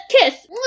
kiss